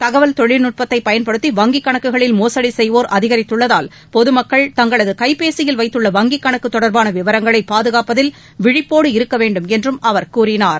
தகவல் தொழில்நுட்பத்தை பயன்படுத்தி வங்கிக் கணக்குகளில் மோசடி செய்வோர் அதிகரித்துள்ளதால் பொதுமக்கள் தங்களது கைபேசியில் வைத்துள்ள வங்கிக் கணக்கு தொடர்பான விவரங்களை பாதுகாப்பதில் விழிப்போடு இருக்க வேண்டும் என்றும் அவர் கூறினார்